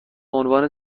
عنوان